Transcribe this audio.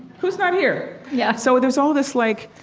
who's not here? yeah so there's all this, like,